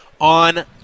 on